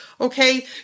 okay